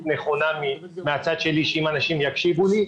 נכונה מהצד שלי שאם אנשים יקשיבו לי,